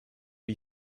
lui